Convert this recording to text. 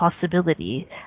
possibility